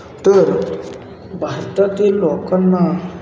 तर भारतातील लोकांना